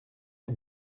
les